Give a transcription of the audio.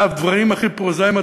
זה הדברים הכי פרוזאיים,